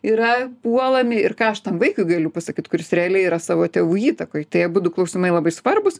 yra puolami ir ką aš tam vaikui galiu pasakyt kuris realiai yra savo tėvų įtakoj tai abudu klausimai labai svarbūs